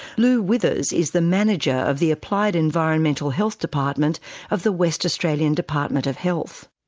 lou withers is the manager of the applied environmental health department of the west australian department of health.